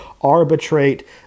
arbitrate